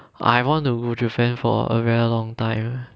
I want to go japan for a very long time japan